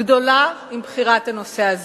גדולה, עם בחירת הנושא הזה.